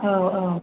औ औ